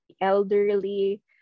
elderly